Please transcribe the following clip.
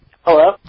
Hello